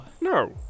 No